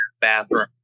bathroom